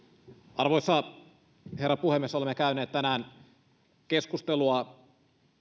arvoisa herra puhemies olemme käyneet tänään keskustelua